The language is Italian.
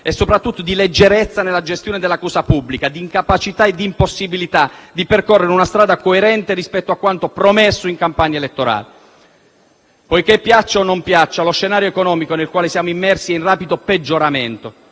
preoccupante di leggerezza nella gestione della cosa pubblica, di incapacità e di impossibilità di percorrere una strada coerente rispetto a quanto promesso in campagna elettorale. Poiché - piaccia o meno - lo scenario economico nel quale siamo immersi è in rapido peggioramento,